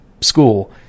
school